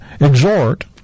exhort